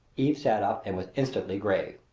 eve sat up and was instantly grave.